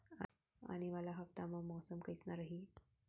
आने वाला हफ्ता मा मौसम कइसना रही?